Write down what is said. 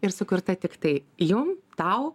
ir sukurta tiktai jum tau